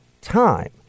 time